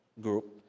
group